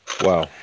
Wow